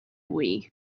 wii